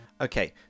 Okay